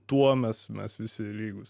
tuo mes mes visi lygūs